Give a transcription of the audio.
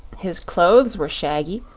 his clothes were shaggy,